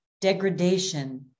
degradation